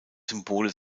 symbole